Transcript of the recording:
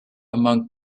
among